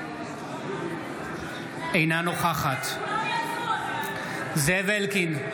אינה נוכחת זאב אלקין,